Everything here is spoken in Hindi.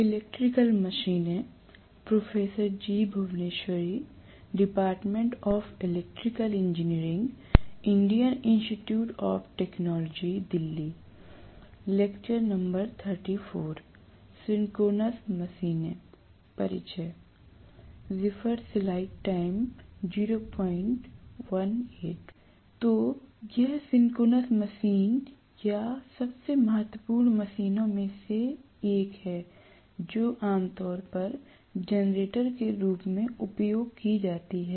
तो यह सिंक्रोनस मशीन या सबसे महत्वपूर्ण मशीनों में से एक है जो आमतौर पर जनरेटर के रूप में उपयोग की जाती हैं